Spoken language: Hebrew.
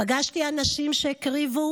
/ פגשתי אנשים / שהקריבו